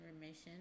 remission